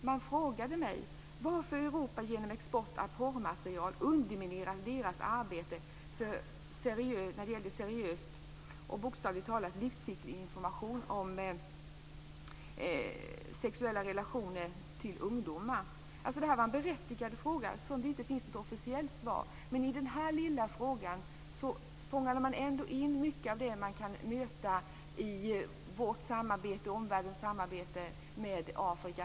Men de frågade mig varför Europa genom export av porrmaterial underminerade deras arbete med seriös och, bokstavligt talat, livsviktig information till ungdomar om sexuella relationer. Det var en berättigad fråga som det inte finns något officiellt svar på. Men denna lilla fråga fångade ändå in mycket av det man kan möta i omvärldens samarbete med Afrika.